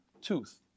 tooth